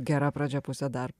gera pradžia pusė darbo